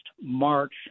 march